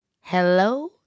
hello